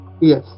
Yes